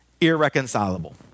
irreconcilable